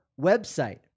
website